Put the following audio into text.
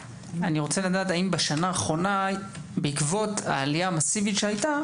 האם בשנה האחרונה בעקבות העלייה המסיבית שהייתה,